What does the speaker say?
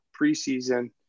preseason